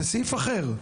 זה סעיף אחר.